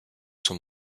zum